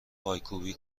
پایکوبی